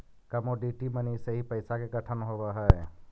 commodity money से ही पैसा के गठन होवऽ हई